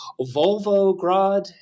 Volvograd